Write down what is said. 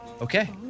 Okay